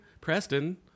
Preston